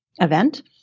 event